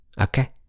Okay